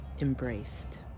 embraced